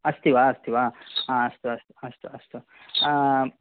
अस्ति वा अस्ति वा हा अस्तु अस्तु अस्तु अस्तु